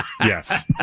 Yes